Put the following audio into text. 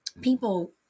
people